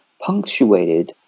punctuated